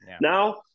Now